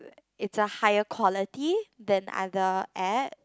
it's a higher quality than other app